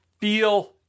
feel